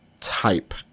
type